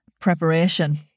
preparation